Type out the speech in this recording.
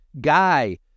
Guy